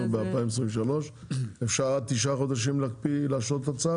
ב-2023 אפשר עד תשעה חודשים להשהות את הצו?